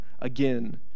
again